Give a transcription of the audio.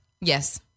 Yes